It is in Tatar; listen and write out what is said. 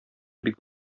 бик